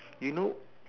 you know